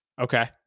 Okay